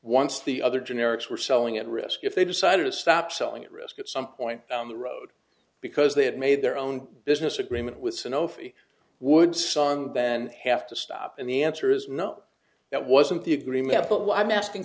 once the other generics were selling at risk if they decided to stop selling at risk at some point down the road because they had made their own business agreement with sanofi would sunbed and have to stop and the answer is no that wasn't the agreement but what i'm asking